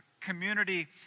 community